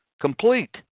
complete